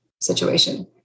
situation